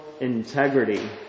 integrity